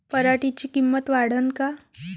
पराटीची किंमत वाढन का?